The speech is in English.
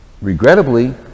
regrettably